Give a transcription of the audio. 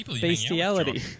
bestiality